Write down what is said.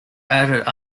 added